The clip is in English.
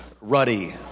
ruddy